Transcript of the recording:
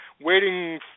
waiting